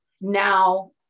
Now